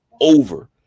over